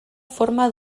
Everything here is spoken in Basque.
forma